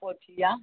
पोठिआ